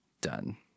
Done